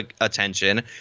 attention